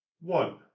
one